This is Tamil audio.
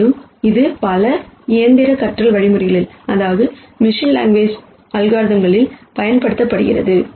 மேலும் இது பல மெஷின் லேர்னிங் அல்காரிதம்ஸ்மில் பயன்படுத்தப்படுகிறது